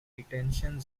detention